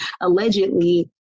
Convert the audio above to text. allegedly